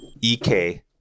EK